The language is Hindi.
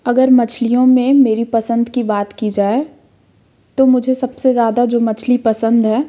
अगर मछलियों में मेरी पसंद की बात की ज़ाए तो मुझे सबसे ज़्यादा ज़ो मछली पसंद है